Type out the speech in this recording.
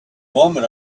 woman